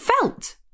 felt